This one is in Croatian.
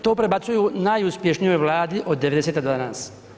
To prebacuju najuspješnijoj Vladi od '90. do danas.